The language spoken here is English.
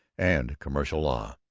and commercial law.